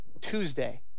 Tuesday